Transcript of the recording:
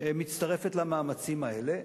מצטרפת למאמצים האלה